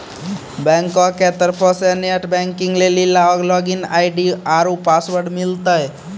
बैंको के तरफो से नेट बैंकिग लेली लागिन आई.डी आरु पासवर्ड मिलतै